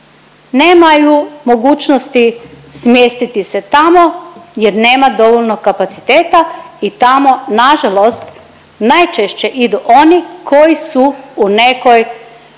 Nemaju mogućnosti smjestiti se tamo jer nema dovoljno kapaciteta i tamo nažalost najčešće idu oni koji su u nekoj